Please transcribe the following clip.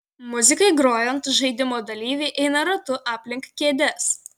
muzikai grojant žaidimo dalyviai eina ratu aplink kėdes